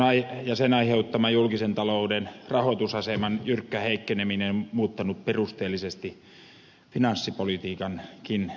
talouskriisi ja sen aiheuttama julkisen talouden rahoitusaseman jyrkkä heikkeneminen on muuttanut perusteellisesti finanssipolitiikankin lähtökohtia